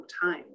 time